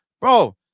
bro